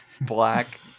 black